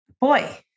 boy